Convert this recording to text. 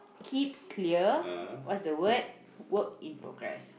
keep clear what's the word work in progress